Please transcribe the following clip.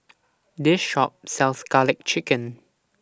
This Shop sells Garlic Chicken